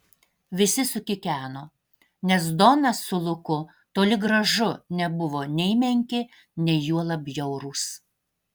visi sukikeno nes donas su luku toli gražu nebuvo nei menki nei juolab bjaurūs